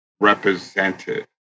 represented